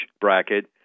bracket